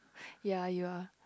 ya you are